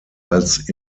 als